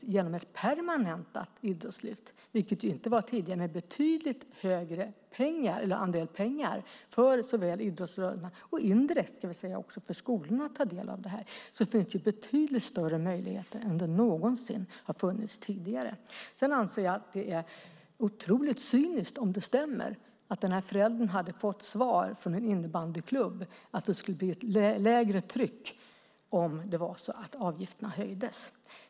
Genom ett permanentat idrottslyft, vilket det inte var tidigare, med en betydligt större andel pengar såväl för idrottsrörelsen som indirekt för skolorna att ta del av finns det betydligt större möjligheter än det någonsin har funnits tidigare. Jag anser att det är otroligt cyniskt om det stämmer att en förälder hade fått svaret från en innebandyklubb att det skulle bli ett lägre tryck om avgifterna höjdes.